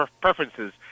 preferences